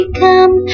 come